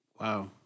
Wow